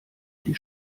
die